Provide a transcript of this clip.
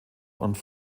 und